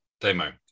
Demo